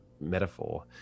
metaphor